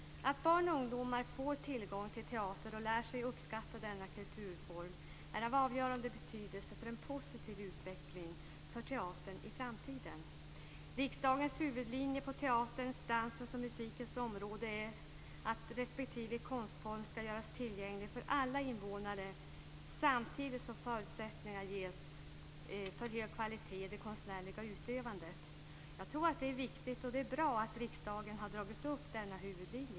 Att barn och ungdomar får tillgång till teater och lär sig uppskatta denna kulturform är av avgörande betydelse för en positiv utveckling för teatern i framtiden. Riksdagens huvudlinje på teaterns, dansens och musikens område är att respektive konstform skall göras tillgänglig för alla invånare samtidigt som förutsättningar ges för hög kvalitet i det konstnärliga utövandet. Jag tror att det är bra och viktigt att riksdagen har dragit upp denna huvudlinje.